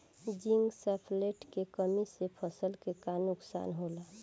Zinc sulphate के कमी से फसल के का नुकसान होला?